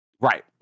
Right